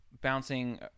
bouncing